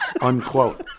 unquote